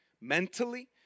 mentally